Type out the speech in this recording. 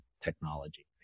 technology